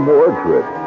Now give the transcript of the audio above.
Mordred